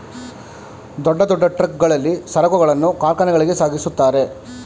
ದೊಡ್ಡ ದೊಡ್ಡ ಟ್ರಕ್ ಗಳಲ್ಲಿ ಸರಕುಗಳನ್ನು ಕಾರ್ಖಾನೆಗಳಿಗೆ ಸಾಗಿಸುತ್ತಾರೆ